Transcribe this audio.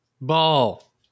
Ball